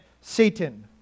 Satan